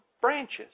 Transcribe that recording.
branches